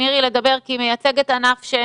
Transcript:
השירות הזה או את הספורט הזה או את הענף הזה,